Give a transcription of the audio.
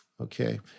Okay